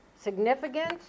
significant